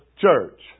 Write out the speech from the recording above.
church